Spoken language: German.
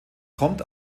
kommt